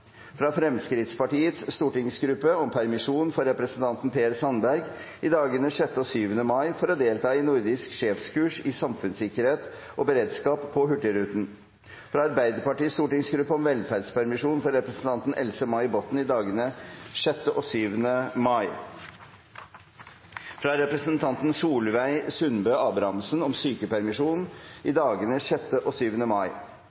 fra Fremskrittspartiets stortingsgruppe om permisjon for representanten Per Sandberg i dagene 6. og 7. mai for å delta i nordisk sjefskurs i samfunnssikkerhet og beredskap, på Hurtigruten fra Arbeiderpartiets stortingsgruppe om velferdspermisjon for representanten Else-May Botten i dagene 6. og 7. mai fra representanten Solveig Sundbø Abrahamsen om sykepermisjon i dagene 6. og 7. mai